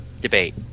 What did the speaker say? debate